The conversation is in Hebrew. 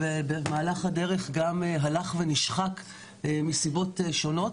ובמהלך הדרש גם הלך ונשחק מסיבות שונות.